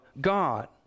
God